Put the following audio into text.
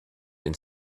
and